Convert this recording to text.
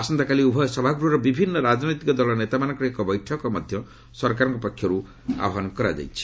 ଆସନ୍ତା କାଲି ଉଭୟ ସଭାଗୃହର ବିଭିନ୍ନ ରାଜନୈତିକ ଦଳ ନେତାମାନଙ୍କର ଏକ ବୈଠକ ମଧ୍ୟ ସରକାରଙ୍କ ପକ୍ଷରୁ ଆହ୍ନାନ କରାଯାଇଛି